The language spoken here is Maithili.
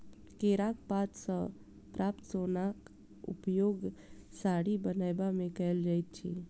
केराक पात सॅ प्राप्त सोनक उपयोग साड़ी बनयबा मे कयल जाइत अछि